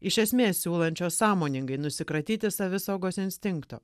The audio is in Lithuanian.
iš esmės siūlančios sąmoningai nusikratyti savisaugos instinkto